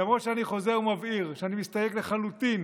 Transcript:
למרות שאני חוזר ומבהיר שאני מסתייג לחלוטין